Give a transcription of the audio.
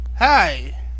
Hi